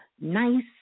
nice